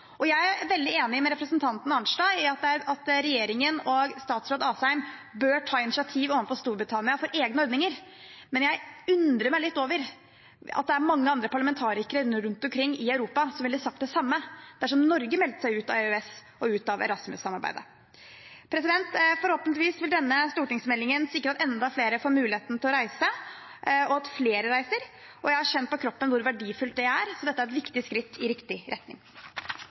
veldig enig med representanten Arnstad i at regjeringen og statsråd Asheim bør ta initiativ overfor Storbritannia for egne ordninger, men jeg undrer litt på om det er mange andre parlamentarikere rundt omkring i Europa som ville sagt det samme dersom Norge meldte seg ut av EØS og ut av Erasmus-samarbeidet. Forhåpentligvis vil denne stortingsmeldingen sikre at enda flere får muligheten til å reise, og at flere reiser. Jeg har kjent på kroppen hvor verdifullt det er, så dette er et viktig skritt i riktig retning.